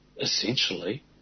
essentially